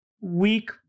weak